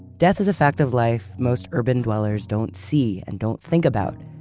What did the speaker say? death is a fact of life most urban dwellers don't see and don't think about.